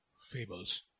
fables